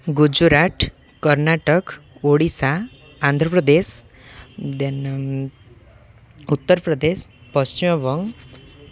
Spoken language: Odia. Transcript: ଗୁଜୁରାଟ କର୍ଣ୍ଣାଟକ ଓଡ଼ିଶା ଆନ୍ଧ୍ରପ୍ରଦେଶ ଦେନ୍ ଉତ୍ତରପ୍ରଦେଶ ପଶ୍ଚିମବଙ୍ଗ